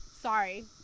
Sorry